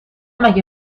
مگه